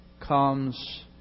comes